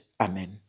Amen